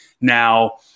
now